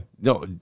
No